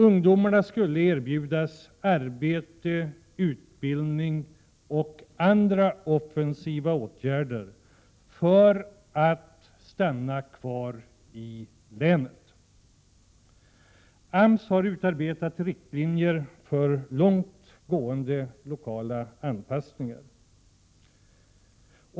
Ungdomarna skulle erbjudas arbete, utbildning och andra offensiva åtgärder för att stanna i länet. AMS har utarbetat riktlinjer för långt gående lokala anpassningar.